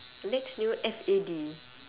next new F A D